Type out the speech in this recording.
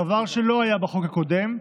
דבר שלא היה בחוק הקודם,